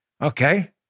Okay